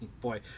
boy